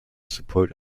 support